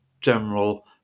general